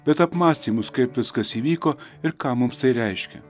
bet apmąstymus kaip viskas įvyko ir ką mums tai reiškia